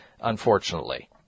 unfortunately